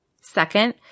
Second